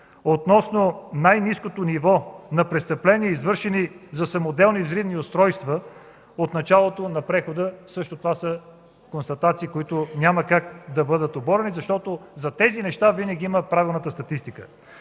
г. е най-ниското ниво на престъпления, извършени със самоделни взривни устройства от началото на прехода. Това са констатации, които няма как да бъдат оборени, защото зад тези неща винаги е правилната статистика.